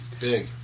big